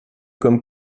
comme